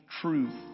truth